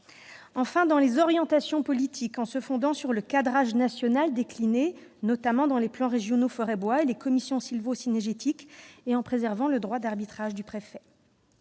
enfin, dans les orientations politiques- en se fondant sur le cadrage national décliné notamment dans les plans régionaux de la forêt et du bois et dans les commissions sylvo-cynégétiques, et en préservant le droit d'arbitrage du préfet.